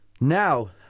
Now